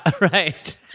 right